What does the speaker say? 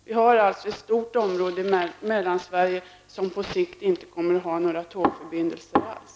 Vi får alltså ett stort område i Mellansverige som på sikt inte kommer att ha några tågförbindelser alls.